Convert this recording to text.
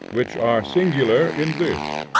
which are singular in this,